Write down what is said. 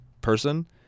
person